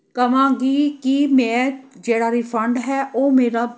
ਕਹਾਂਗੀ ਕਿ ਮੈਂ ਜਿਹੜਾ ਰਿਫੰਡ ਹੈ ਉਹ ਮੇਰਾ